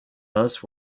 most